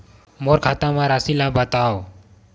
मोर खाता म राशि ल बताओ?